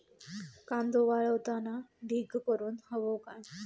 कांदो वाळवताना ढीग करून हवो काय?